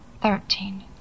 thirteen